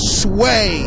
sway